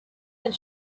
and